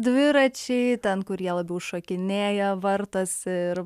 dviračiai ten kurie labiau šokinėja vartosi ir